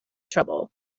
trouble